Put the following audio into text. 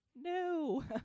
No